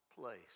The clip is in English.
place